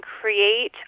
create